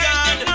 God